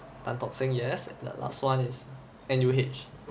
tan tock seng yes that last one is N_U_H